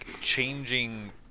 changing